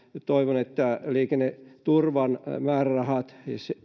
toivon että liikenneturvan määrärahat